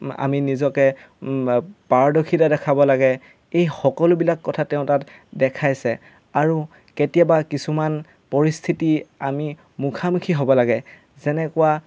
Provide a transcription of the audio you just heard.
আমি নিজকে পাৰদৰ্শিতা দেখাব লাগে এই সকলোবিলাক কথা তেওঁ তাত দেখাইছে আৰু কেতিয়াবা কিছুমান পৰিস্থিতি আমি মুখামুখি হ'ব লাগে যেনেকুৱা